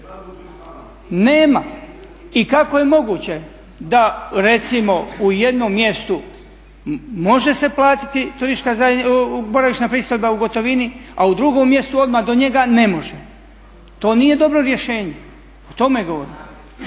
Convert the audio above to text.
Nema. I kako je moguće da recimo u jednom mjestu može se platiti boravišna pristojba u gotovini a u drugom mjestu odmah do njega ne može. To nije dobro rješenje. O tome govorim.